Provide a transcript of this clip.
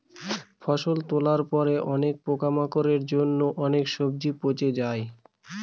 ফসল তোলার পরে অনেক পোকামাকড়ের জন্য অনেক সবজি পচে যায়